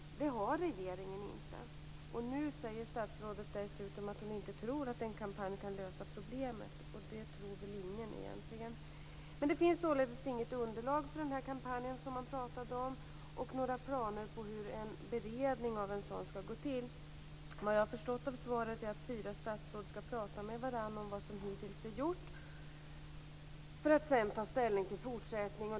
Det har regeringen inte. Nu säger statsrådet dessutom att hon inte tror att en kampanj kan lösa problemet. Det tror väl egentligen ingen. Det finns således inget underlag för den kampanj man talade om eller några planer för hur en beredning av en sådan skall gå till. Vad jag förstått av svaret är att fyra statsråd skall tala med varandra om vad som hittills är gjort för att sedan ta ställning till en fortsättning.